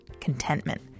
Contentment